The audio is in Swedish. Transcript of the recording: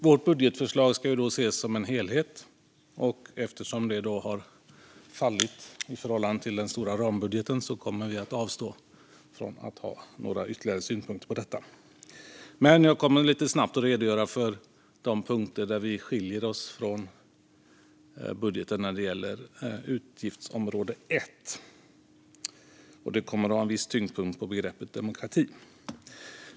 Vårt budgetförslag ska ses som en helhet, och då det har fallit i förhållande till den stora rambudgeten kommer vi att avstå från att ha några ytterligare synpunkter, men jag kommer lite snabbt att redogöra för de punkter där Miljöpartiets förslag skiljer sig från regeringens budget när det gäller utgiftsområde 1. Jag kommer att lägga viss tyngdpunkt på begreppet demokrati.